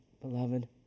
beloved